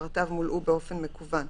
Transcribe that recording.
שפרטיו מולאו באופן מקוון,